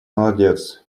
молодец